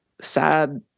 sad